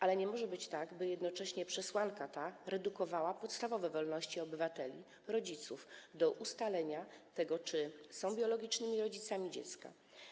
Ale nie może być tak, by jednocześnie przesłanka ta redukowała podstawowe wolności obywateli, prawo rodziców do ustalenia tego, czy są biologicznymi rodzicami dziecka.